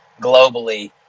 globally